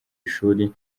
ishuri